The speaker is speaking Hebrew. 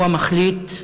הוא המחליט,